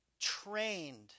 trained